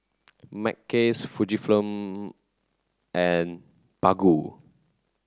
Mackays Fujifilm and Baggu